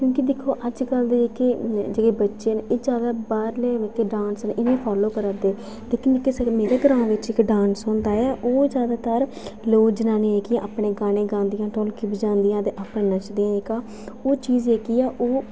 क्योंकि दिक्खो अजकल दे जेह्ड़े बच्चे न एह् जादै बाह्रले जेह्के डांस न इ'नें ई फॉलो करा दे लेकिन मेरे ग्रांऽ जेह्का डांस होंदा ऐ ओह् जैदातर लोक जनानियां जेह्कियां अपने गाने गांदियां ढोलकियां बजांदियां ते अपने नच्चदियां जेह्का ओह् चीज़ जेह्की ऐ ओह्